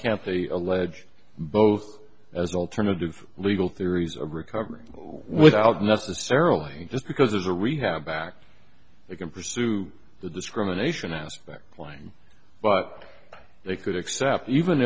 can't they allege both as alternative legal theories of recovery without necessarily just because there's a rehab act they can pursue the discrimination aspect lying but they could accept even